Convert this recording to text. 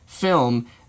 film